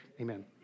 Amen